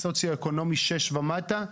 סוציו-אקונומי 6 ומטה,